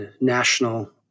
national